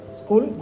school